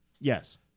Yes